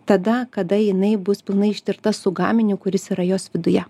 tada kada jinai bus pilnai ištirta su gaminiu kuris yra jos viduje